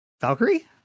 Valkyrie